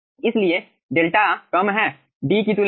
इसलिए 𝛿 कम है D की तुलना में